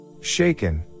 Shaken